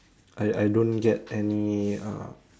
I I don't get any uh